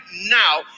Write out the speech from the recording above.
now